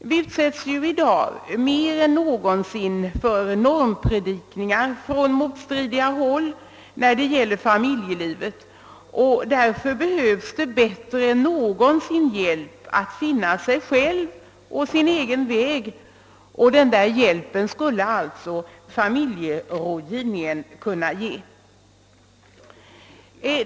Vi utsätts ju i dag mer än någonsin för hormpredikningar från wmotstridiga håll i fråga om familjelivet. Därför behövs nu mer än någonsin möjlighet till hjälp att finna sig själv och sin "egen väg. Denna hjälp skulle alltså familjerådgivningen kunna ge.